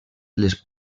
les